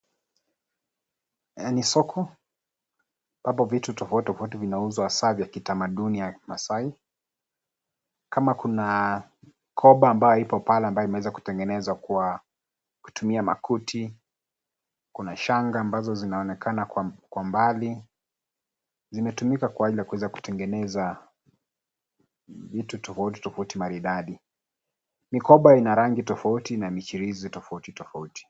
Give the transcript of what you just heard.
Ni soko , ambapo vitu tofauti tofauti vinauzwa hasaa vya kitamaduni ya Maasai. Kama kuna mkoba ambayo ipo pale ambayo imeweza kutengenezwa kwa kutumia makuti , kuna shanga ambazo zinaonekana kwa mbali. Zimetumika kwa ajili ya kuweza kutengeneza vitu tofauti tofauti maridadi. Mikoba ina rangi tofauti na michirizi tofauti tofauti.